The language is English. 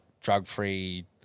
drug-free